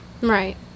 Right